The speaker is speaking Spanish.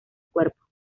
cuerpo